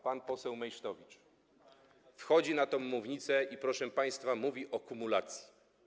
Pan poseł Meysztowicz wchodzi na tę mównicy i, proszę państwa, mówi o kumulacji.